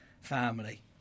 family